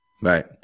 Right